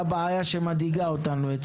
אנחנו בהמשך הניסיון לחוקק את חוק המעבר